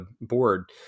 board